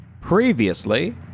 Previously